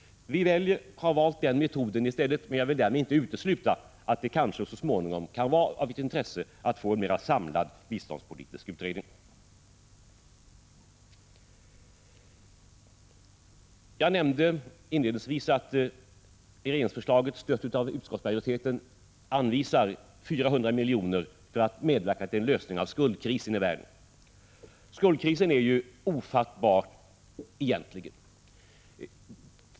Vi har alltså valt denna metod, men jag vill därmed inte utesluta att det så småningom kanske kan vara av intresse att få en mera samlad biståndspolitisk utredning. Jag nämnde inledningsvis att regeringsförslaget, stött av utskottsmajoriteten, anvisar 400 milj.kr. för att medverka till en lösning av skuldkrisen i världen. Skuldkrisen är egentligen ofattbar.